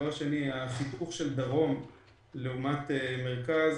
שנית, החיתוך של הדרום לעומת המרכז,